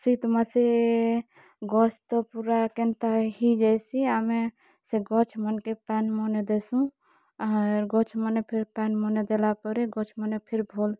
ଶୀତ୍ ମାସେ ଗଛ୍ ତ ପୁରା କେନ୍ତା ହେଇଯାଇସି ଆମେ ସେ ଗଛ୍ମାନକେ ପାଏନ୍ ମାନେ ଦେଶୁଁ ଆର୍ ଗଛ୍ମାନେ ଫେର୍ ପାଏନ୍ ମାନେ ଦେଲାପରେ ଗଛ୍ମାନେ ଫେର ଫଲ୍